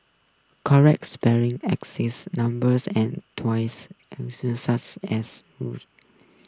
corrected spelling numbers and twice such as rules